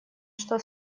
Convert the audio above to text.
что